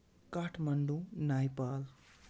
Kathmandu Nepal